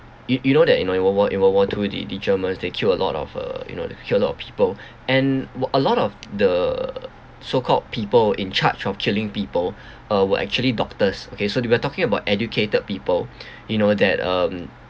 you you know that you know in world war in world war two the the germans they killed a lot of uh you know killed a lot of people and a lot of the so called people in charge of killing people uh were actually doctors okay so we're talking about educated people you know that um